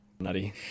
Nutty